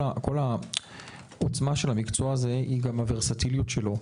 כל העוצמה של המקצוע הזה היא גם הוורסטיליות שלו,